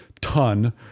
ton